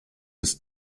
its